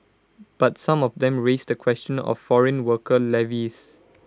but some of them raise the question of foreign worker levies